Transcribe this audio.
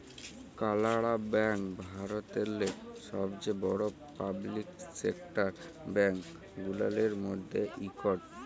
কালাড়া ব্যাংক ভারতেল্লে ছবচাঁয়ে বড় পাবলিক সেকটার ব্যাংক গুলানের ম্যধে ইকট